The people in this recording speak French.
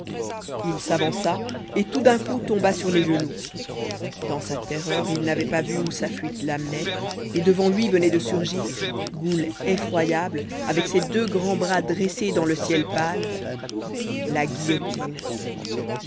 il s'avança et tout d'un coup tomba sur les genoux dans sa terreur il n'avait pas vu où sa fuite l'amenait et devant lui venait de surgir goule effroyable avec ses deux grands bras dressés dans le ciel pâle la guillotine